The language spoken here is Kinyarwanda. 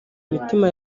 mitima